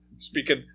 Speaking